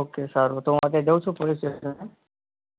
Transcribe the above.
okay સારું તો હું આજે જઉં છું પોલીસ સ્ટેશને